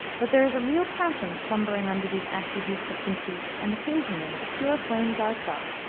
but there is a real passion slumbering under these ashy heaps of conceit, and occasionally a pure flame darts up,